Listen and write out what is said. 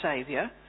Saviour